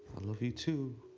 i love you too.